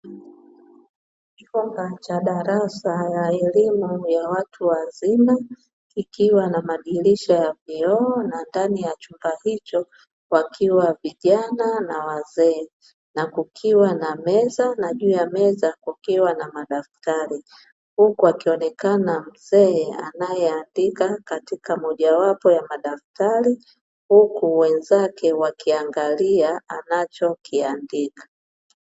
Chumba cha darasa la elimu ya watu wazima, ikiwa na madirisha ya vioo, na ndani ya chumba hicho wakiwa vijana na wazee. Na kukiwa na meza na juu ya meza kukiwa na madaftari. Huku akionekana mzee anayeandika katika mojawapo ya madaftari, huku wenzake wakiangalia anachokiandika.